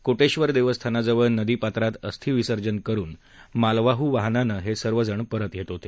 कोटेश्वर देवस्थानाजवळ नदी पात्रात अस्थी विसर्जन करून मालवाहू वाहनानं हे सर्वजण परत येत होते